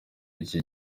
ikihe